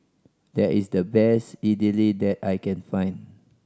there is the best Idili that I can find